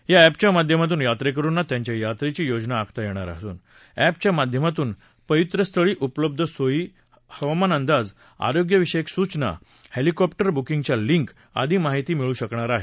या एपच्या माध्यमातून यात्रेकरूंना त्यांच्या यात्रेची योजना आखता येणार असून एपच्या माध्यमातून पवित्रस्थळी उपलब्ध सोयी हवामान अंदाज आरोग्यविषयक सूचना हेलिकॉप्टर बुकींगच्या लिंक आदी माहिती मिळू शकणार आहे